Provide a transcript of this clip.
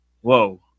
Whoa